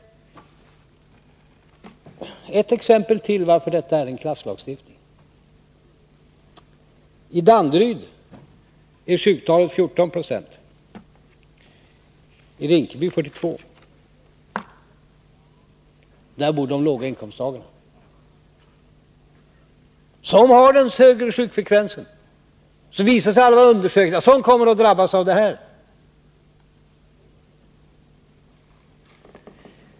Ett exempel till, som visar att detta är en klasslagstiftning. I Danderyd är sjuktalet 14 dagar, i Rinkeby 42 dagar. I Rinkeby bor de låga inkomsttagarna, som har den högre sjukfrekvensen. Alla undersökningar visar vilka som kommer att drabbas av detta.